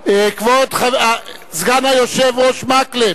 סגן היושב-ראש מקלב.